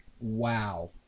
Wow